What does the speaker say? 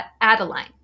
Adeline